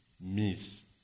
miss